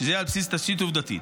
שזה יהיה על בסיס תשתית עובדתית.